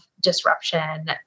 disruption